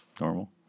normal